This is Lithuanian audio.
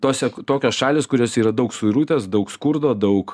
tose tokios šalys kuriose yra daug suirutės daug skurdo daug